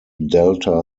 delta